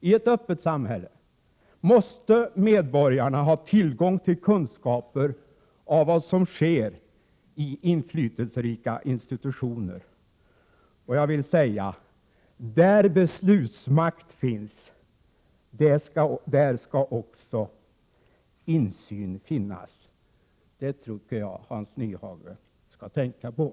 I ett öppet samhälle måste medborgarna ha tillgång till kunskaper om vad som sker i inflytelserika institutioner, och jag vill säga: Där beslutsmakt finns, där skall också insyn finnas. Detta tycker jag att Hans Nyhage skall tänka på. Prot.